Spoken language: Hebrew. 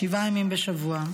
שבעה ימים בשבוע.